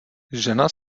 žena